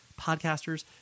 podcasters